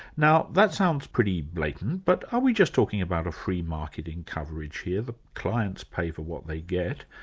now that sounds pretty blatant, but are we just talking about a free market in coverage here? the clients pay for what they get,